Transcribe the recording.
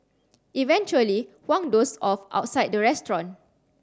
eventually Huang dozed off outside the restaurant